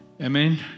Amen